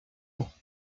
ans